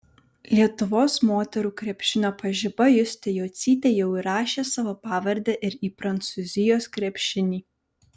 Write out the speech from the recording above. lietuvos moterų krepšinio pažiba justė jocytė jau įrašė savo pavardę ir į prancūzijos krepšinį